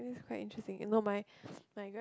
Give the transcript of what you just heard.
it is quite interesting you know my